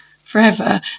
forever